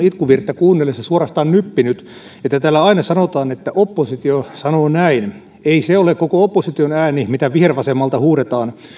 itkuvirttä kuunnellessa on suorastaan nyppinyt että täällä aina sanotaan että oppositio sanoo näin ei se ole koko opposition ääni mitä vihervasemmalta huudetaan